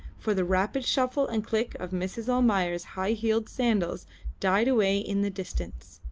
for the rapid shuffle and click of mrs. almayer's high-heeled sandals died away in the distance.